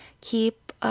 keep